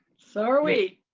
so are we?